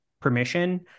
permission